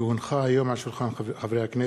כי הונחו היום על שולחן הכנסת,